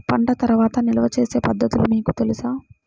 పంట తర్వాత నిల్వ చేసే పద్ధతులు మీకు తెలుసా?